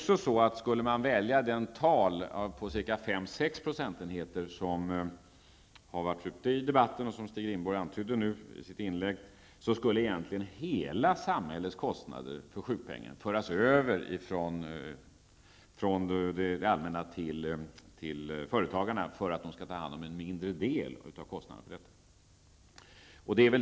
Skulle man välja det tal på 5--6 procentenheter som har varit uppe i debatten, och som Stig Rindborg antydde i sitt inlägg, skulle egentligen samhällets hela kostnad för sjukpengen föras över från det allmänna till företagarna, för att de skall ta hand om en mindre del av kostnaderna för detta.